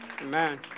Amen